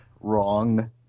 Wrong